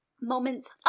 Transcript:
moments